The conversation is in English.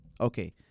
okay